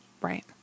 Right